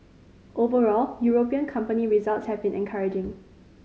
overall European company results have been encouraging